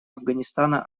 афганистана